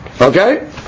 Okay